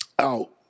out